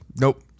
Nope